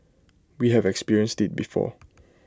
we have experienced IT before